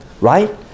Right